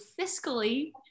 fiscally